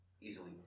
easily